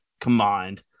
combined